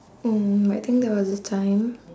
mm I think there was a time